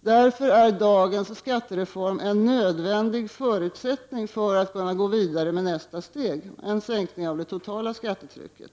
Därför är dagens skattereform en nödvändig förutsättning för att kunna gå vidare med nästa steg, en sänkning av det totala skattetrycket.